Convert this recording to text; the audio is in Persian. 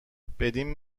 بدین